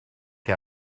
que